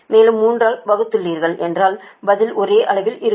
மேலும் 3 ஆல் வகுத்தீா்கள் என்றால் பதில் ஒரே அளவில் இருக்கும்